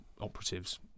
operatives